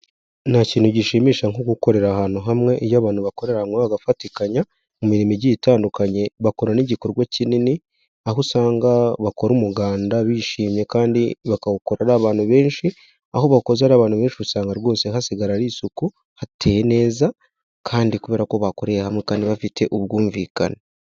Nta kintu gishimisha nko gukorera ahantu hamwe, iyo abantu bakorera hamwe bagafatikanya mu mirimo igiye itandukanye, bakora n'igikorwa kinini, aho usanga bakora umuganda bishimye kandi bakawukora ari abantu benshi, aho bakoze ari abantu benshi usanga rwose hasigara ari isuku, hateye neza kandi kubera ko bakoreye hamwe kandi bafite ubwumvikane.